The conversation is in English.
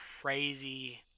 crazy